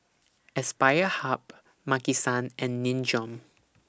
Aspire Hub Maki San and Nin Jiom